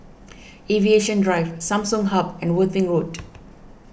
Aviation Drive Samsung Hub and Worthing Road